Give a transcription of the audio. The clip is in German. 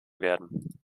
werden